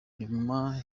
nyuma